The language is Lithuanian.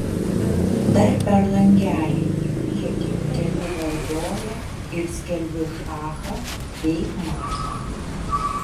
dar per langelį į priekį keliu valdovę ir skelbiu šachą bei matą